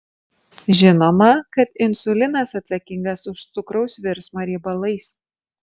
žinoma kad insulinas atsakingas už cukraus virsmą riebalais